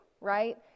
right